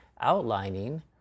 outlining